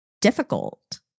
difficult